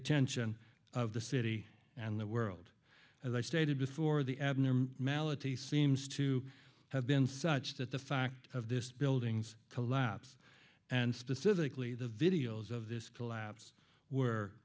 attention of the city and the world as i stated before the abner malady seems to have been such that the fact of this building's collapse and specifically the videos of this collapse were